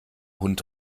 hund